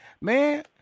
Man